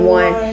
one